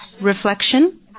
reflection